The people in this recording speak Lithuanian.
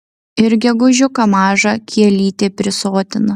ir gegužiuką maža kielytė prisotina